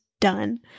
done